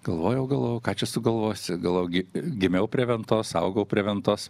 galvojau galvojau ką čia sugalvosiu gal gi gimiau prie ventos augau prie ventos